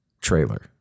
trailer